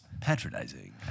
patronizing